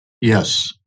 Yes